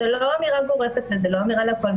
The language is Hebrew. זו לא אמירה גורפת וזו לא אמירה על הכול.